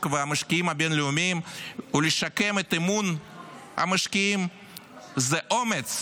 והמשקיעים הבין-לאומיים ולשקם את אמון המשקיעים הוא אומץ,